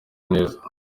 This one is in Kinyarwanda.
neza